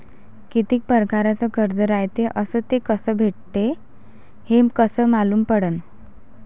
कितीक परकारचं कर्ज रायते अस ते कस भेटते, हे कस मालूम पडनं?